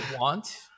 want